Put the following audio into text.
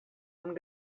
amb